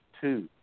two